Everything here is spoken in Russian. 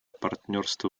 партнерство